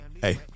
Hey